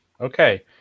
Okay